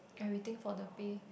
everything for the pay